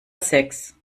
sechs